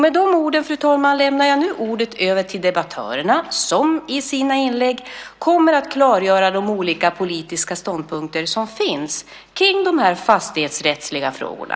Med dessa ord, fru talman, överlämnar jag ärendet till debattörerna, som i sina inlägg kommer att klargöra de olika politiska ståndpunkter som finns kring de fastighetsrättsliga frågorna.